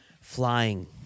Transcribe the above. flying